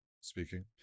speaking